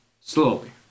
Slowly